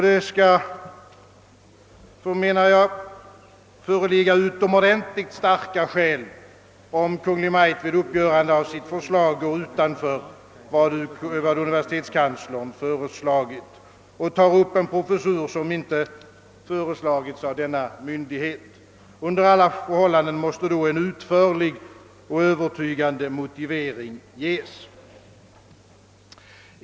Det skall, menar jag, föreligga utomordentligt starka skäl för att Kungl. Maj:t vid uppgörandet av sitt förslag skall gå utanför vad universitetskanslern föreslagit och ta upp en professur som inte föreslagits av denna myndighet. Under alla förhållanden måste: då en utförlig och övertygande motivering ges.